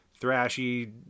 thrashy